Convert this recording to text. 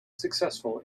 successful